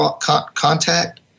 contact